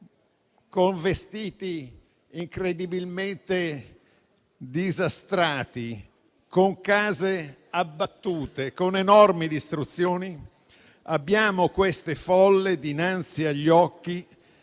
con vestiti incredibilmente disastrati, case abbattute, enormi distruzioni. Abbiamo queste folle dinanzi agli occhi,